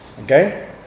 okay